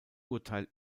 urteil